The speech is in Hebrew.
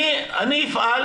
אני אפעל